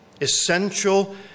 essential